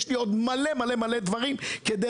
יש לי עוד מלא מלא דברים להגיד.